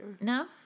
No